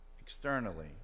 externally